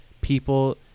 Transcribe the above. people